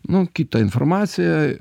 nu kitą informaciją